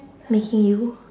making you